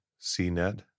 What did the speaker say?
CNET